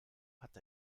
hat